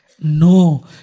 No